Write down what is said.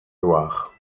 loire